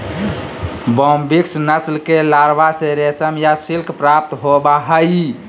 Bombyx नस्ल के larva से रेशम या सिल्क प्राप्त होबा हइ